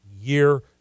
year